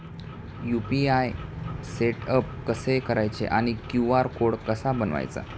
UPI setup कसे करायचे आणि क्यू.आर कोड कसा बनवायचा?